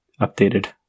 updated